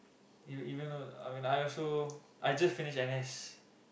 you you mean tho~ I mean I also I just finish N_S